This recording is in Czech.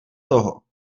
toho